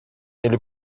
ele